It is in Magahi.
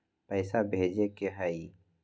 पैसा भेजे के हाइ?